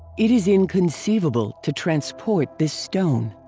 it is inconceivable to transport this stone.